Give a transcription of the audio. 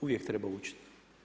Uvijek treba učiti.